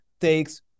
takes